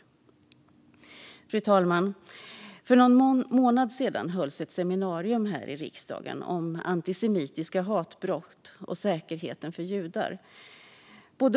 Fru talman! För någon månad sedan hölls ett seminarium här i riksdagen om antisemitiska hatbrott och säkerheten för judar.